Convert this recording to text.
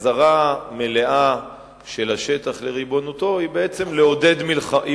החזרה מלאה של השטח לריבונותו היא בעצם לעודד מלחמה.